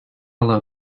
load